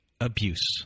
abuse